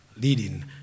leading